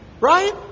Right